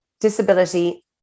disability